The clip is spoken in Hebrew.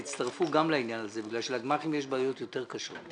שתצטרפו גם לעניין הזה בגלל שלגמ"חים יש בעיות יותר קשות.